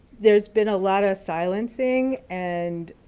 there's been a lot of silencing and